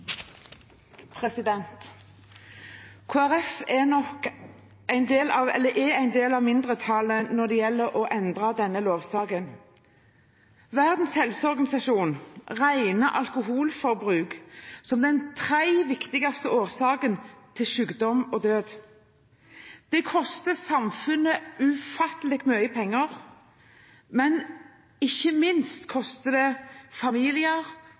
Kristelig Folkeparti er en del av mindretallet når det gjelder å endre denne lovsaken. Verdens helseorganisasjon regner alkoholforbruk som den tredje viktigste årsaken til sykdom og død. Det koster samfunnet ufattelig mye penger, men ikke minst koster det familier